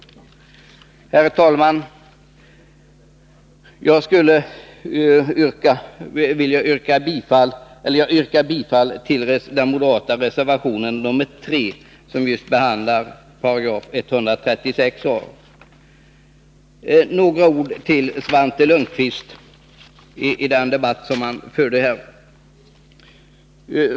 Herr talman! Jag yrkar bifall till den moderata reservationen nr 3, som behandlar just 136 a § byggnadslagen. Så några ord till Svante Lundkvist i den debatt som han förde.